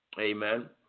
Amen